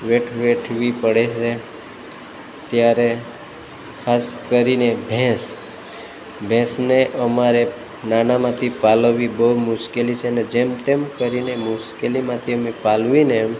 વેઠ વેઠવી પડે છે ત્યારે ખાસ કરીને ભેંસ ભેંસને અમારે નાનામાંથી પાલવવી બહુ મુશ્કેલી છે ને જેમ તેમ કરીને મુશ્કેલીમાંથી અમે પાલવીને